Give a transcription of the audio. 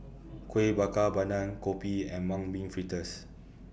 Kuih Bakar Pandan Kopi and Mung Bean Fritters